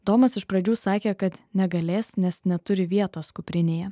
domas iš pradžių sakė kad negalės nes neturi vietos kuprinėje